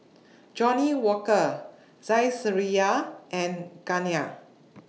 Johnnie Walker Saizeriya and Garnier